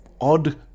odd